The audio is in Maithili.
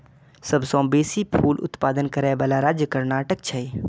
सबसं बेसी फूल उत्पादन करै बला राज्य कर्नाटक छै